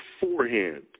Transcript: beforehand